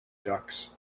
ducks